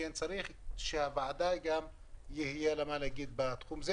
צריך שלוועדה יהיה מה לומר בתחום הזה